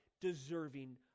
deserving